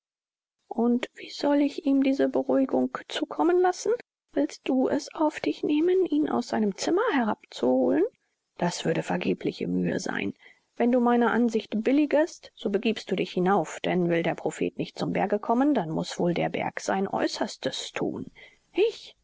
und wie soll ich ihm diese beruhigung zukommen lassen willst du es auf dich nehmen ihn aus seinem zimmer herab zu holen das würde vergebliche mühe sein wenn du meine ansicht billigest so begiebst du dich hinauf denn will der prophet nicht zum berge kommen dann muß wohl der berg sein aeußerstes thun ich